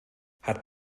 hat